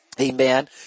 Amen